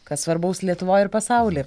kas svarbaus lietuvoj ir pasauly